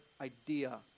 idea